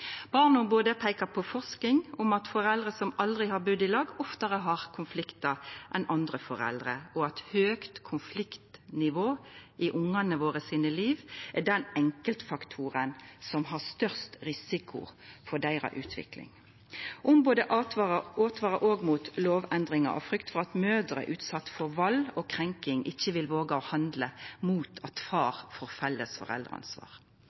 Barneombodet peiker på forsking om at foreldre som aldri har budd i lag, oftare har konfliktar enn andre foreldre, og at høgt konfliktnivå i liva til ungane våre er den enkeltfaktoren som gjev størst risiko for utviklinga deira. Ombodet åtvarar òg mot lovendringa av frykt for at mødrer som er utsette for vald og krenking, ikkje vil våga å handla mot at far får felles foreldreansvar.